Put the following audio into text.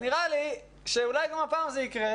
נראה לי שאולי גם הפעם זה יקרה.